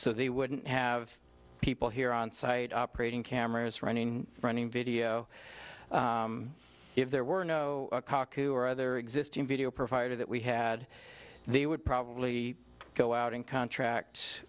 so they wouldn't have people here onsite operating cameras running running video if there were no kaku or other existing video provider that we had they would probably go out and contract